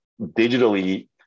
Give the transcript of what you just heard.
digitally